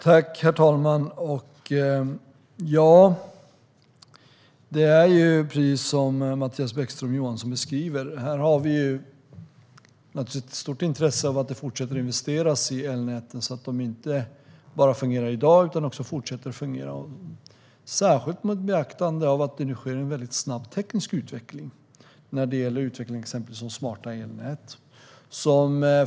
Herr talman! Precis som Mattias Bäckström Johansson beskriver har vi stort intresse av att det fortsätter investeras i elnäten, så att de inte bara fungerar i dag utan fortsätter fungera, särskilt med tanke på att det nu sker en snabb teknisk utveckling. Det gäller till exempel utvecklingen av smarta elnät.